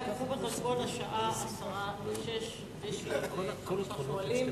אנא קחו בחשבון, השעה 17:50 ויש עוד חמישה שואלים.